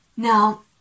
Now